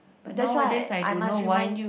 that's why I must remind you